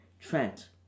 Trent